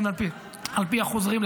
על פי החוזרים,